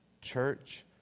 church